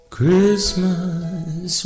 Christmas